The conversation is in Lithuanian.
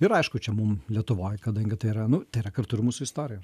ir aišku čia mum lietuvoj kadangi tai yra nu tai yra kartu ir mūsų istorija